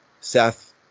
Seth